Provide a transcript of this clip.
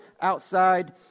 outside